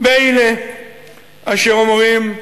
אלה אשר אומרים: